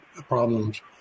problems